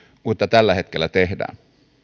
kuin tällä hetkellä tehdään